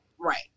right